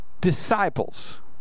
disciples